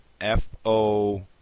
F-O